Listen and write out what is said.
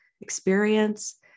experience